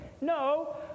No